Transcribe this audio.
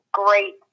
great